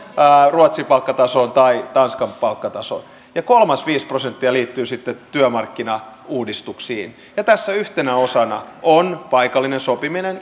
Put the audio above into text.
ruotsin palkkatasoon tai tanskan palkkatasoon ja kolmas viisi prosenttia liittyy sitten työmarkkinauudistuksiin ja tässä yhtenä osana on paikallinen sopiminen